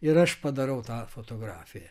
ir aš padarau tą fotografiją